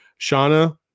Shauna